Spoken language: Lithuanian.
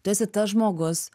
tu esi tas žmogus